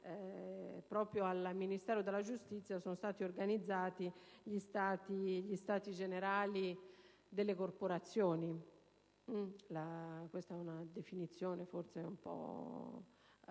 proprio al Ministero della giustizia, sono stati organizzati gli stati generali delle corporazioni. È una definizione forse un po'